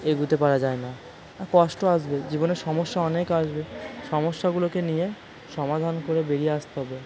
এগোতে পারা যায় না আর কষ্ট আসবে জীবনে সমস্যা অনেক আসবে সমস্যাগুলোকে নিয়ে সমাধান করে বেরিয়ে আসতে হবে